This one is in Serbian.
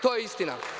To je istina.